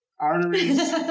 arteries